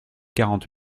quarante